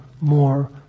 more